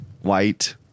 white